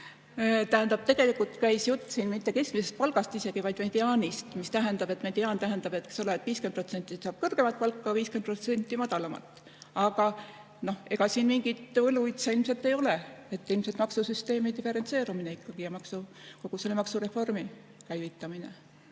Tähendab, tegelikult käis jutt siin mitte keskmisest palgast isegi, vaid mediaanist. Mediaan tähendab, et 50% saab kõrgemat palka, 50% madalamat. Aga ega siin mingit võluvitsa ilmselt ei ole. Ilmselt maksusüsteemi diferentseerimine ikkagi ja kogu selle maksureformi käivitamine,